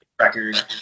record